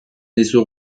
dizu